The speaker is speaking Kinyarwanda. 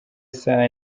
isaha